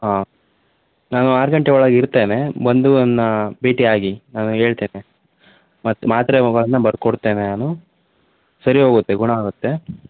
ಹಾಂ ನಾನು ಆರು ಗಂಟೆ ಒಳಗೆ ಇರ್ತೇನೆ ಬಂದು ನನ್ನ ಭೇಟಿ ಆಗಿ ನಾನು ಹೇಳ್ತೇನೆ ಮತ್ತೆ ಮಾತ್ರೆಗಳನ್ನ ಬರ್ದ್ಕೊಡ್ತೇನೆ ನಾನು ಸರಿ ಹೋಗುತ್ತೆ ಗುಣ ಆಗುತ್ತೆ